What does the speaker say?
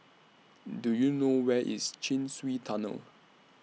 Do YOU know Where IS Chin Swee Tunnel